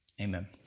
Amen